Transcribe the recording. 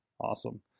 awesome